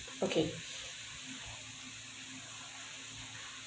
okay